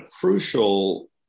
crucial